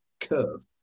curve